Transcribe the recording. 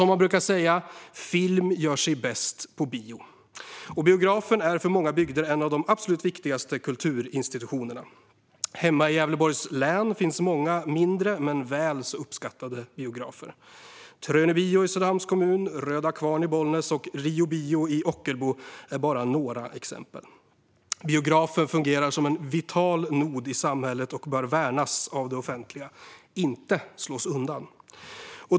Man brukar säga att film gör sig bäst på bio, och biografen är för många bygder en av de absolut viktigaste kulturinstitutionerna. Hemma i Gävleborgs län finns många mindre men väl så uppskattade biografer: Trönö Bio i Söderhamns kommun, Röda Kvarn i Bollnäs och Rio Bio i Ockelbo är bara några exempel. Biografen fungerar som en vital nod i samhället och bör värnas av det offentliga, inte slås undan.